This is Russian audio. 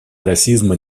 расизма